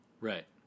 right